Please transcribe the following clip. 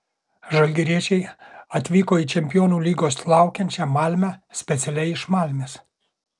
žalgiriečiai atvyko į čempionų lygos laukiančią malmę specialiai iš malmės